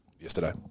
yesterday